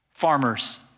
farmers